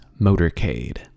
Motorcade